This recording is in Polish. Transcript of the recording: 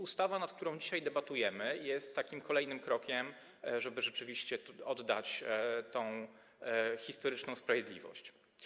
Ustawa, nad którą dzisiaj debatujemy, jest takim kolejnym krokiem, żeby rzeczywiście oddać tę historyczną sprawiedliwość.